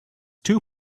two